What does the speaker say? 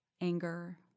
anger